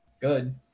Good